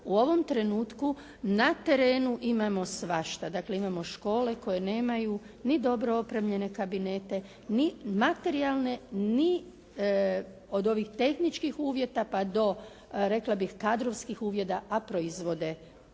u ovom trenutku na terenu imamo svašta. Dakle, imamo škole koje nemaju ni dobro opremljene kabinete, ni materijalne, ni od ovih tehničkih uvjeta, pa do, rekla bih kadrovskih uvjeta, a proizvode neka